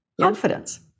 Confidence